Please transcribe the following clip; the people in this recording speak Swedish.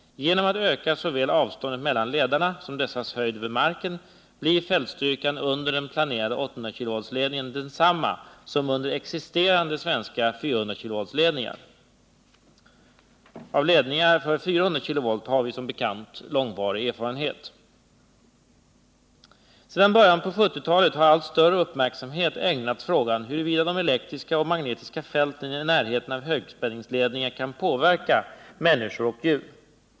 Genom att såväl avståndet mellan ledarna som dessas höjd över marken ökas blir fältstyrkan under den planerade 800 kV-ledningen densamma som under existerande svenska 400-kV-ledningar. Av ledningar för 400 kV har vi som bekant långvarig erfarenhet. Sedan början av 1970-talet har allt större uppmärksamhet ägnats frågan huruvida de elektriska och magnetiska fälten i närheten av högspänningsledningar kan påverka människor och djur.